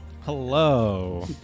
Hello